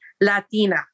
Latina